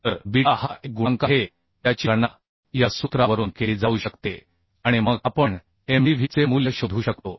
तर बीटा हा एक गुणांक आहे ज्याची गणना या सूत्रावरून केली जाऊ शकते आणि मग आपण Mdv चे मूल्य शोधू शकतो